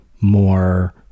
more